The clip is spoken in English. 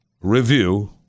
review